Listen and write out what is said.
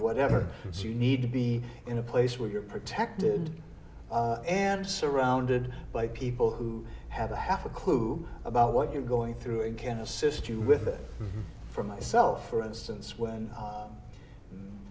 whatever so you need to be in a place where you're protected and surrounded by people who have a half a clue about what you're going through and can assist you with it for myself for instance when